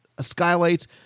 skylights